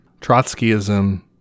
Trotskyism